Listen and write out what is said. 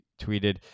tweeted